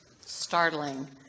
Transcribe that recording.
startling